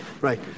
right